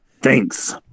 Thanks